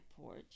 porch